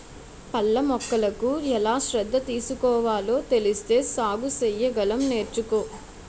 పళ్ళ మొక్కలకు ఎలా శ్రద్ధ తీసుకోవాలో తెలిస్తే సాగు సెయ్యగలం నేర్చుకో